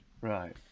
Right